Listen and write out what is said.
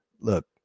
Look